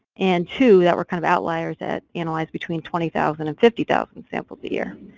and two that were kind of outliers that analyzed between twenty thousand and fifty thousand samples a year,